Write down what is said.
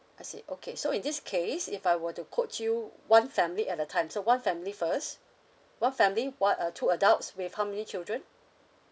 I see okay so in this case if I were to quote you one family at a time so one family first one family o~ uh two adults with how many children